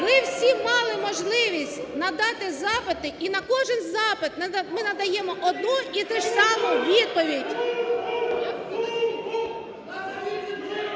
Ви всі мали можливість надати запити, і на кожен запит ми надаємо одну і ту ж саму відповідь.